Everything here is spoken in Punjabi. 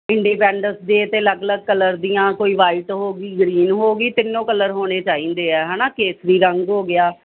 ਇੰਡੀਪੈਂਡਸ ਡੇ 'ਤੇ ਅਲੱਗ ਅਲੱਗ ਕਲਰ ਦੀਆਂ ਕੋਈ ਵਾਈਟ ਹੋ ਗਈ ਗ੍ਰੀਨ ਹੋ ਗਈ ਤਿੰਨੋ ਕਲਰ ਹੋਣੇ ਚਾਹੀਦੇ ਆ ਹੈ ਨਾ ਕੇਸਰੀ ਰੰਗ ਹੋ ਗਿਆ